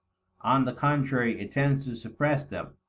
on the contrary, it tends to suppress them,